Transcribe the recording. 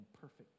perfect